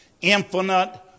infinite